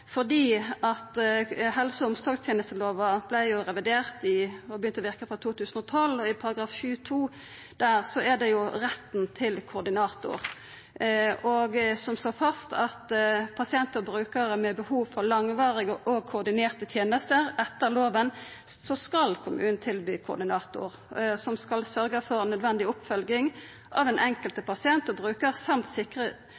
helse- og omsorgstenestelova vart revidert og har verka frå 2012. I § 7–2 vert retten til koordinator slått fast: «For pasienter og brukere med behov for langvarige og koordinerte tjenester etter loven, skal kommunen tilby koordinator. Koordinatoren skal sørge for nødvendig oppfølging av den enkelte